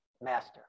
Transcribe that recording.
master